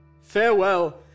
Farewell